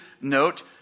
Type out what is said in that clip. note